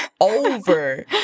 over